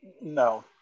No